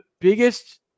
biggest